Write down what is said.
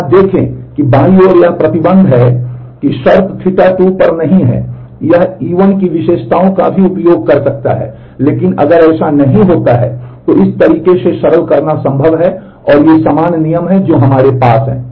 यहां देखें कि बाईं ओर यह प्रतिबंध कि शर्त Ɵ2 पर नहीं है यह E1 की विशेषताओं का भी उपयोग कर सकता है लेकिन अगर ऐसा नहीं होता है तो इसे इस तरीके से सरल करना संभव है और ये समान नियम हैं जो हमारे पास हैं